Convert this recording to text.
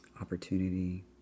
opportunity